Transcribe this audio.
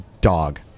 dog